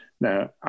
Now